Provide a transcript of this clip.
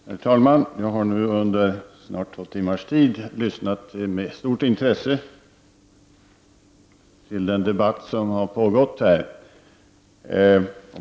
Herr talman! Jag har i snart två timmar lyssnat med stort intresse till den debatt som pågått här.